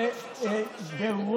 לא לדבר שלושה חודשים.